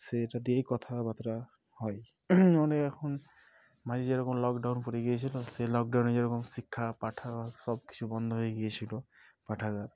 সেটা দিয়েই কথাবার্তা হয় অনেক এখন মাঝে যেরকম লকডাউন পড়ে গিয়েছিল সেই লকডাউনে যেরকম শিক্ষা পাঠাগার সব কিছু বন্ধ হয়ে গিয়েছিল পাঠাগার